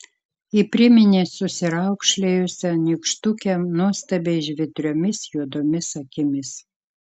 ji priminė susiraukšlėjusią nykštukę nuostabiai žvitriomis juodomis akimis